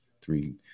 Three